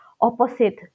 opposite